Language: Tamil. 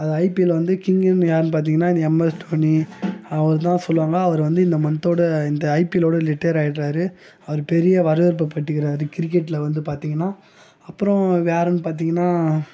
அந்த ஐபிஎல்லில் வந்து கிங்குனு யாரு பார்த்தீங்கன்னா இந்த எம்எஸ் தோனி அவர்தான் சொல்லுவாங்கள் அவர் வந்து இந்த மந்த்தோட இந்த ஐபிஎல் வோட ரிட்டயர் ஆகிட்டாரு அவர் பெரிய வரவேற்பு பெற்றுக்குறாரு கிரிக்கெட்டில் வந்து பார்த்தீங்கன்னா அப்புறம் வேறன்னு பார்த்தீங்கன்னா